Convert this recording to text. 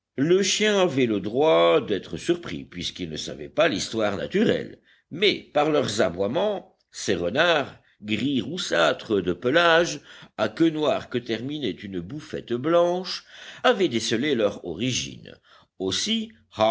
le chien avait le droit d'être surpris puisqu'il ne savait pas l'histoire naturelle mais par leurs aboiements ces renards gris roussâtres de pelage à queues noires que terminait une bouffette blanche avaient décelé leur origine aussi